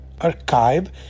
archive